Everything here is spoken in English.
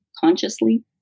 consciously